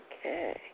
Okay